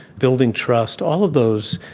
building trust, all of those,